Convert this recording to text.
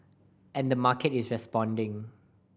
and the market is responding